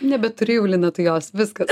nebeturėji jau lina tu jos viskas